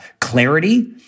clarity